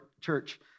church